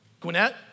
Gwinnett